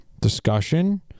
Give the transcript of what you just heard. discussion